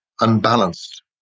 unbalanced